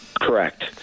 correct